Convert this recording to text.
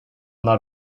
not